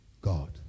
God